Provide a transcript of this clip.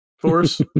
force